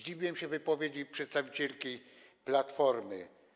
Dziwiłem się wypowiedzi przedstawicielki Platformy.